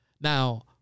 Now